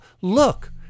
look